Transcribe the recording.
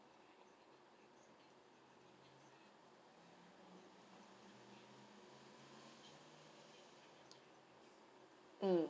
mm